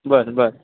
बरं बरं